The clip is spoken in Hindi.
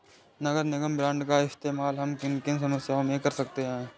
नगर निगम बॉन्ड का इस्तेमाल हम किन किन समस्याओं में कर सकते हैं?